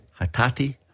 Hatati